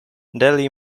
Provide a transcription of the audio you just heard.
delhi